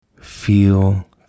Feel